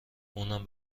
اونم